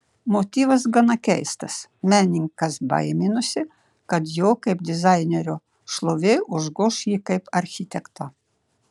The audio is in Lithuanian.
motyvas gana keistas menininkas baiminosi kad jo kaip dizainerio šlovė užgoš jį kaip architektą